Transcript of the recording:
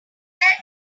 there